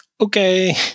okay